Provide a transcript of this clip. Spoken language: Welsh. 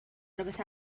rhywbeth